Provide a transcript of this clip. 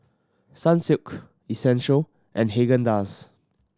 Sunsilk Essential and Haagen Dazs